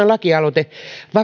lakialoite